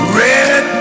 red